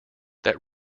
that